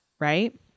Right